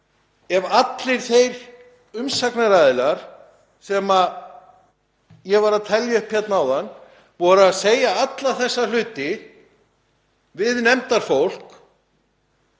ef allir þeir umsagnaraðilar sem ég var að telja upp áðan voru að segja alla þessa hluti við nefndarfólk